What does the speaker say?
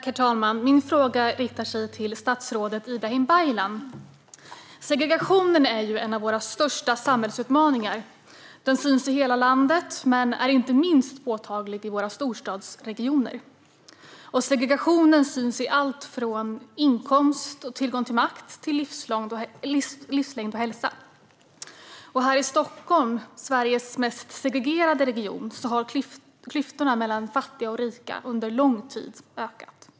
Herr talman! Min fråga riktar sig till statsrådet Ibrahim Baylan. Segregationen är en av våra största samhällsutmaningar. Den finns i hela landet men är mest påtaglig i våra storstadsregioner och syns i allt från inkomst och tillgång till makt till livslängd och hälsa. I Stockholm, Sveriges mest segregerade region, har klyftorna mellan fattiga och rika ökat under lång tid.